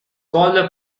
called